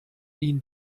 ihn